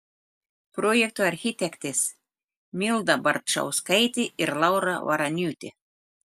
projekto architektės milda barčauskaitė ir laura varaniūtė